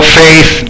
faith